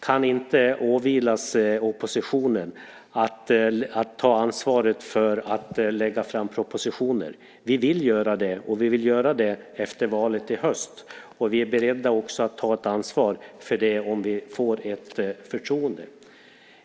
Man kan inte ålägga oppositionen ansvaret för att ta fram propositioner. Vi vill göra det efter valet i höst, och vi är beredda att ta ansvar för det om vi får ett förtroende.